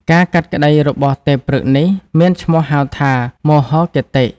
ការកាត់ក្ដីរបស់ទេព្រឹក្សនេះ មានឈ្មោះហៅថា មោហាគតិ។